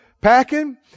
packing